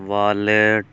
wallet